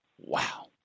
Wow